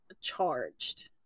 charged